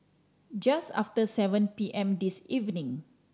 just after seven P M this evening